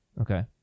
Okay